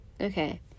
Okay